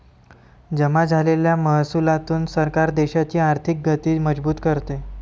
जमा झालेल्या महसुलातून सरकार देशाची आर्थिक गती मजबूत करते